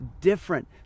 different